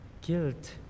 guilt